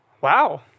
Wow